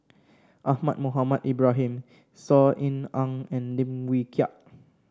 Ahmad Mohamed Ibrahim Saw Ean Ang and Lim Wee Kiak